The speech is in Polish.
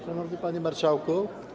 Szanowny Panie Marszałku!